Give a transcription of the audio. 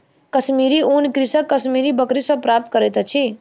कश्मीरी ऊन कृषक कश्मीरी बकरी सॅ प्राप्त करैत अछि